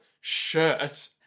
shirt